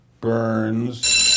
Burns